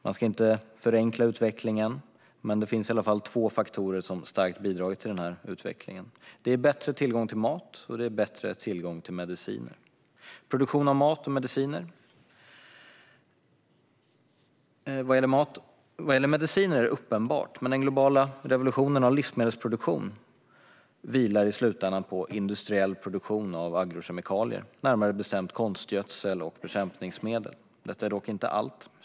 Man ska inte förenkla utvecklingen, men det finns i alla fall två faktorer som starkt har bidragit till denna utveckling: bättre tillgång till mat och bättre tillgång till mediciner. Vad gäller mediciner är det uppenbart, men den globala revolutionen av livsmedelsproduktionen vilar i slutändan på industriell produktion av agrokemikalier, närmare bestämt konstgödsel och bekämpningsmedel. Detta är dock inte allt.